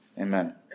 Amen